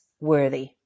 worthy